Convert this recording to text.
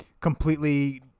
completely